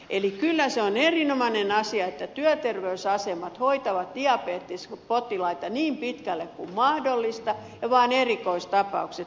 eli kyllä se on erinomainen asia että työterveysasemat hoitavat diabetespotilaita niin pitkälle kuin mahdollista ja vain erikoistapaukset menevät erikoissairaanhoitoon